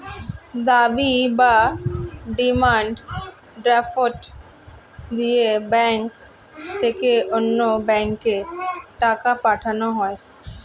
দাবি বা demand draft দিয়ে ব্যাংক থেকে অন্য ব্যাংকে টাকা পাঠানো হয়